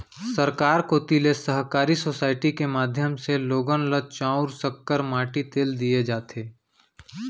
सरकार कोती ले सहकारी सोसाइटी के माध्यम ले लोगन ल चाँउर, सक्कर, माटी तेल दिये जाथे